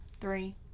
three